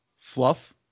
fluff